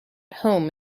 home